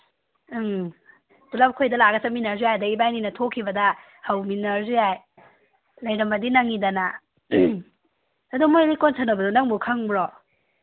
ꯎꯝ ꯄꯨꯂꯞ ꯑꯩꯈꯣꯏꯗ ꯂꯥꯛꯑꯒ ꯆꯠꯃꯤꯟꯅꯔꯁꯨ ꯌꯥꯏ ꯑꯗꯩ ꯏꯕꯥꯅꯤꯅ ꯊꯣꯛꯈꯤꯕꯗ ꯍꯧꯃꯤꯟꯅꯔꯁꯨ ꯌꯥꯏ ꯂꯩꯔꯝꯃꯗꯤ ꯅꯪꯉꯤꯗꯅ ꯑꯗꯨ ꯃꯈꯣꯏ ꯂꯤꯀꯣꯟ ꯁꯥꯟꯅꯕꯗꯨ ꯅꯪꯕꯨ ꯈꯪꯕ꯭ꯔꯣ